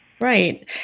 Right